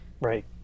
Right